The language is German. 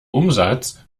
umsatz